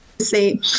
See